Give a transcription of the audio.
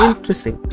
Interesting